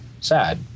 sad